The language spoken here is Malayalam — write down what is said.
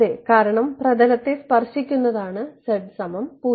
അതെ കാരണം പ്രതലത്തെ സ്പർശിക്കുന്നതാണ് z0